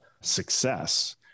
success